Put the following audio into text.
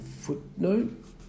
footnote